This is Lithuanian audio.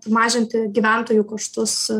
mažinti gyventojų kaštus